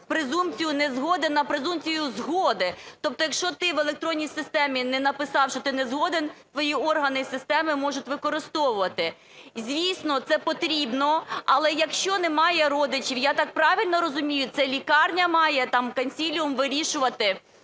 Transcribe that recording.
презумпцію незгоди на презумпцію згоди. Тобто якщо ти в електронній системі не написав, що ти не згоден, твої органи із системи можуть використовувати. Звісно, це потрібно, але якщо немає родичів, я так правильно розумію, це лікарня має там консиліум вирішувати,